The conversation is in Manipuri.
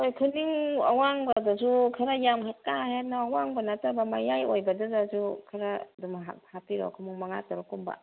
ꯍꯣꯏ ꯈꯨꯅꯤꯡ ꯑꯋꯥꯡꯕꯗꯁꯨ ꯈꯔ ꯌꯥꯝꯅ ꯀꯥ ꯍꯦꯟꯅ ꯑꯋꯥꯡꯕ ꯅꯠꯇꯕ ꯃꯌꯥꯏ ꯑꯣꯏꯕꯗꯨꯗꯁꯨ ꯈꯔ ꯑꯗꯨꯝ ꯍꯥꯞꯄꯤꯔꯛꯑꯣ ꯈꯣꯡꯎꯞ ꯃꯉꯥ ꯇꯔꯨꯛꯀꯨꯝꯕ